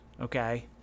Okay